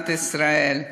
למדינת ישראל,